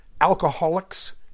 Alcoholics